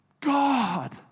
God